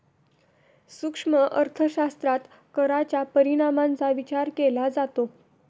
सूक्ष्म अर्थशास्त्रात कराच्या परिणामांचा विचार केला जातो